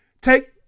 Take